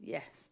Yes